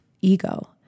ego